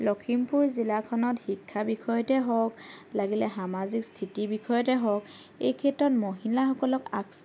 লখিমপুৰ জিলাখনত শিক্ষা বিষয়তে হওক লাগিলে সামাজিক স্থিতি বিষয়তে হওক এই ক্ষেত্ৰত মহিলাসকলক আগ